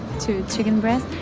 to chicken breast?